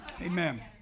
Amen